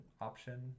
option